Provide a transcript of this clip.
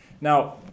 Now